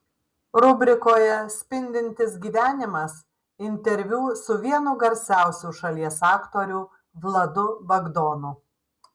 rubrikoje spindintis gyvenimas interviu su vienu garsiausių šalies aktorių vladu bagdonu